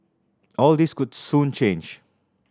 all this could soon change